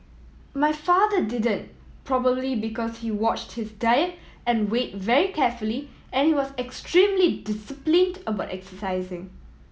my father didn't probably because he watched his diet and weight very carefully and was extremely disciplined about exercising